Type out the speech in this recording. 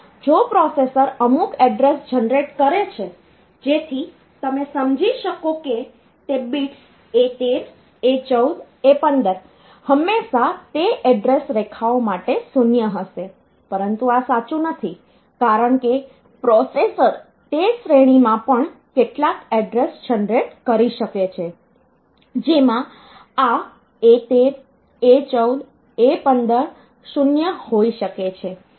જો પ્રોસેસર અમુક address generate કરે કે જેથી તમે સમજી શકો કે તે બિટ્સ A13 A14 A15 હંમેશા તે એડ્રેસ રેખાઓ માટે 0 હશે પરંતુ આ સાચું નથી કારણ કે પ્રોસેસર તે શ્રેણીમાં પણ કેટલાક એડ્રેસ જનરેટ કરી શકે છે જેમાં આ A13 A14 A15 0 હોઈ શકે છે